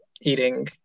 eating